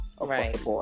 Right